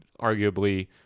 arguably